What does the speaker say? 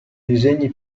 disegni